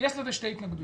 יש בזה שתי התנגדויות.